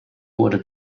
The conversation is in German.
wurde